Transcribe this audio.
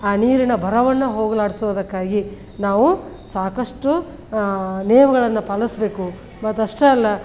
ಆ ನೀರಿನ ಬರವನ್ನು ಹೋಗಲಾಡಿಸೋದಕ್ಕಾಗಿ ನಾವು ಸಾಕಷ್ಟು ನಿಯಮಗಳನ್ನು ಪಾಲಿಸಬೇಕು ಮತ್ತಷ್ಟೇ ಅಲ್ಲ